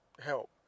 help